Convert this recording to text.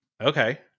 Okay